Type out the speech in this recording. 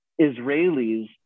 Israelis